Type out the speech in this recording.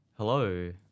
Hello